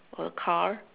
or the car